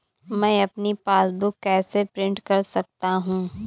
मैं अपनी पासबुक कैसे प्रिंट कर सकता हूँ?